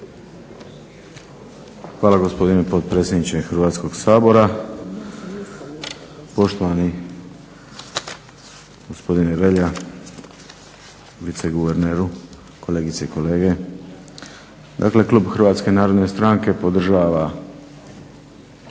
Hvala gospodine potpredsjedniče Hrvatskog sabora, poštovani gospodine Relja, viceguverneru, kolegice i kolege. Dakle, klub HNS- a podržava